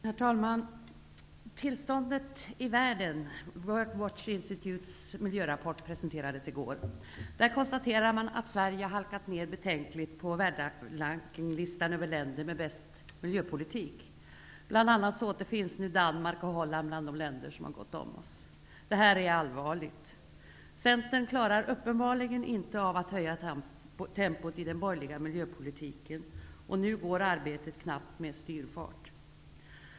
Herr talman! Tillståndet i världen kan studeras i World Watch Institutes årliga miljörapport som presenterades i går. Där konstateras att Sverige halkat ner betänkligt på världsrankinglistan över länder med bäst miljöpolitik. Bl.a. återfinns nu Danmark och Holland bland de länder som gått om oss. Det är allvarligt. Centern klarar uppenbarligen inte av att höja tempot i den borgerliga miljöpolitiken. Nu går arbetet knappt med styrfart.